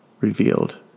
revealed